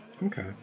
Okay